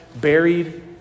buried